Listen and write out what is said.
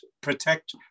protect